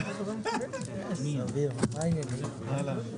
הישיבה נעולה.